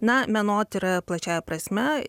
na menotyra plačiąja prasme